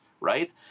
right